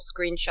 screenshot